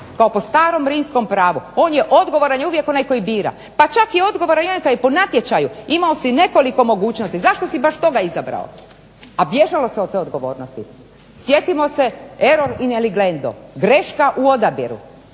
kao po starom rimskom pravu, odgovoran je uvijek onaj koji bira, pa čak i odgovoran …/Ne razumije se./… po natječaju imao si nekoliko mogućnosti, zašto si baš toga izabrao, a bježalo se od te odgovornosti. Sjetimo se …/Ne razumije se./… in eligendo, greška u odabiru,